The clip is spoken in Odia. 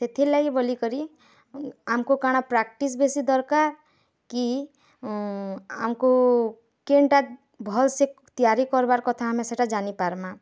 ସେଥିର୍ଲାଗି ବୋଲିକରି ଆମ୍କୁ କାଣା ପ୍ରାକ୍ଟିସ୍ ବେଶୀ ଦରକାର୍ କି ଆମ୍କୁ କେଣ୍ଟା ଭଲସେ ତିଆରି କର୍ବାର୍ କଥା ଆମେ ସେଟା ଜାନିପାର୍ମା